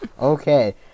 Okay